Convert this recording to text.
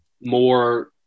more